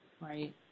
right